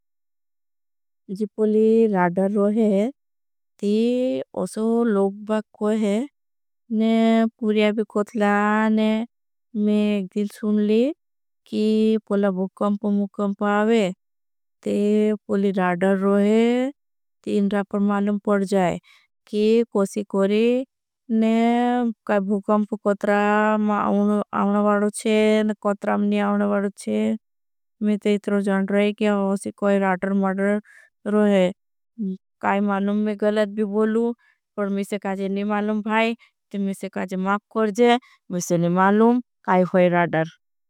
जी पोली राडर रोहे ती असो लोगबाग कोहे ने पुर्याभी कथला ने। में एक दिल सुनली की पोला भुकम्प भुकम्प आवे ते पोली राडर। रोहे ती इन रापर मालुम पड़ जाए की कोशी कोरी। ने काई भुकम्प कत्रा मा आउना वाड़ो छे ने। कत्रा मनी आ मिते जोन चाही कै सुन कोई राण राडर रोहे अउना। काई मालुम मैं गलत भी बोलू जि मी से काजे नहीं जा रही है बहाई। जि मैं से काजे माप करंगे मी से नहीं जा रही हूं काई होई राडर।